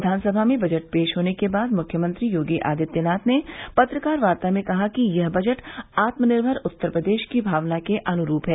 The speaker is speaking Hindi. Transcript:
विधानसभा में बजट पेश होने के बाद मुख्यमंत्री योगी आदित्यनाथ ने पत्रकार वार्ता में कहा कि यह बजट आत्मनिर्भर उत्तर प्रदेश की भावना के अनुरूप है